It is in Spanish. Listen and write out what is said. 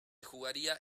jugaría